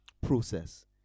process